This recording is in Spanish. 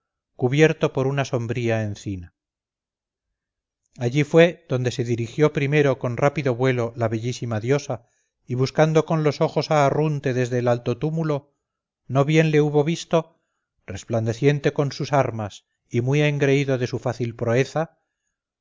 cubierto por una sombría encina allí fue donde se dirigió primero con rápido vuelo la bellísima diosa y buscando con los ojos a arrunte desde el alto túmulo no bien le hubo visto resplandeciente con sus armas y muy engreído de su fácil proeza